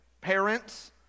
Parents